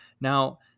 Now